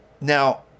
Now